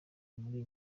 muri